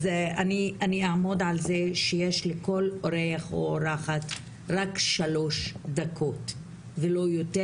אז אני אעמוד על זה שיש לכל אורח או אורחת רק שלוש דקות ולא יותר,